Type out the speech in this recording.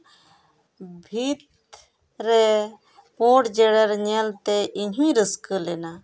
ᱵᱷᱤᱛ ᱨᱮ ᱯᱳᱸᱲ ᱡᱮᱨᱮᱲ ᱧᱮᱞᱛᱮ ᱤᱧ ᱦᱩᱧ ᱨᱟᱹᱥᱠᱟᱹ ᱞᱮᱱᱟ